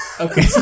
Okay